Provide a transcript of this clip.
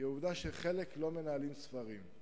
היא העובדה שחלק לא מנהלים ספרים.